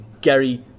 Gary